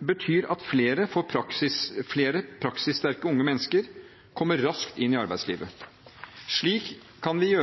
betyr at flere praksissterke unge mennesker kommer raskt inn i arbeidslivet. Slik kan vi